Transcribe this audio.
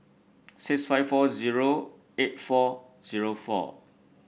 six five four zero eight four zero four